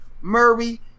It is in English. Murray